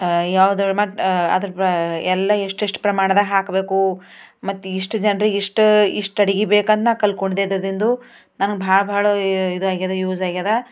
ಯಾವುದ್ರಲ್ಲಿ ಮತ್ತು ಅದ್ರ ಎಲ್ಲ ಎಷ್ಟೆಷ್ಟು ಪ್ರಮಾಣದಾಗ ಹಾಕಬೇಕು ಮತ್ತು ಇಷ್ಟು ಜನ್ರಿಗೆ ಇಷ್ಟು ಇಷ್ಟು ಅಡುಗೆ ಬೇಕಂತ ನಾನು ಕಲ್ತ್ಕೊಂಡಿದ್ದೆ ಇದ್ರದಿಂದು ನನ್ಗೆ ಭಾಳ ಭಾಳ ಇದು ಆಗ್ಯದ ಯೂಸ್ ಆಗ್ಯದ